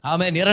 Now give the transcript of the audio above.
Amen